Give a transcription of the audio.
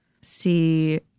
see